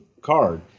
card